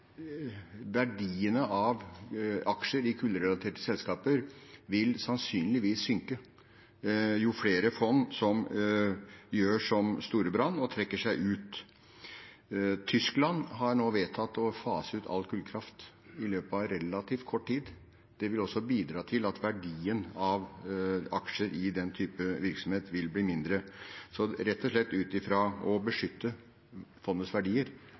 verdiene av aksjer i kullrelaterte selskaper vil sannsynligvis synke jo flere fond som gjør som Storebrand, og trekker seg ut. Tyskland har nå vedtatt å fase ut all kullkraft i løpet av relativt kort tid. Det vil også bidra til at verdien av aksjer i den type virksomhet vil bli lavere. Så rett og slett ut fra det å beskytte fondets verdier